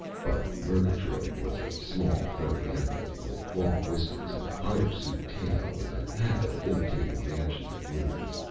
but murgatroyd was a small, furry animal with long whiskers and a hirsute tail and a habit of imitating the actions of humans.